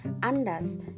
anders